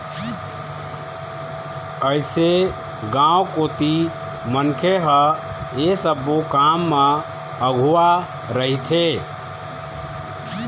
अइसे गाँव कोती मनखे ह ऐ सब्बो काम म अघुवा रहिथे